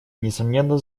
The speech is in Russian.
несомненно